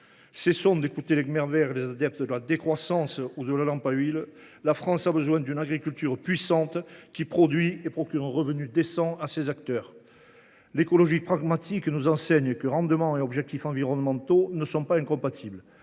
Cessons d’écouter les Khmers verts et les adeptes de la décroissance ou de la lampe à huile ! La France a besoin d’une agriculture puissante, qui produit et procure un revenu décent à ses acteurs. L’écologie pragmatique nous enseigne que rendements et objectifs environnementaux ne sont pas incompatibles,